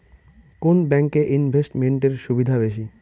কোন ব্যাংক এ ইনভেস্টমেন্ট এর সুবিধা বেশি?